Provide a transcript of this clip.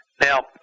Now